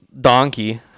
Donkey